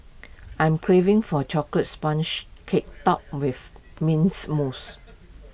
I'm craving for chocolate cake topped with mints mousse